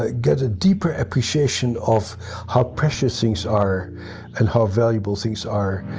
ah get a deeper appreciation of how precious things are and how valuable things are,